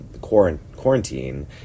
quarantine